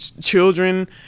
children